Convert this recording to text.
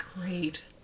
great